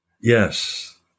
yes